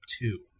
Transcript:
two